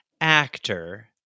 actor